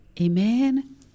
Amen